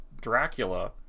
Dracula